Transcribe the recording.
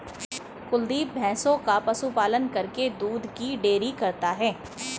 कुलदीप भैंसों का पशु पालन करके दूध की डेयरी करता है